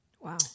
Wow